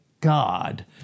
God